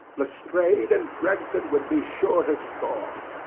lestrade and gregson would be sure to score.